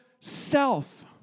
self